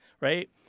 right